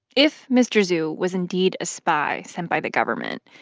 if mr. zhu was indeed a spy sent by the government,